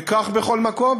וכך בכל מקום,